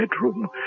bedroom